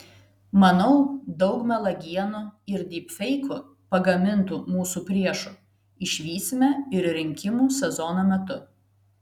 manau daug melagienų ir dypfeikų pagamintų mūsų priešų išvysime ir rinkimų sezono metu